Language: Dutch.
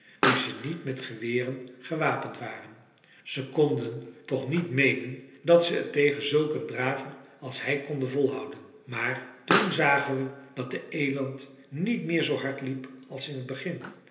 nu ze niet met geweren gewapend waren ze konden toch niet meenen dat ze het tegen zulk een draver als hij konden volhouden maar toen zagen we dat de eland niet meer zoo hard liep als in t begin